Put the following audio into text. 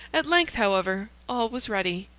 at length, however, all was ready,